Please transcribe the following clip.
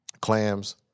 clams